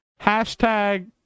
Hashtag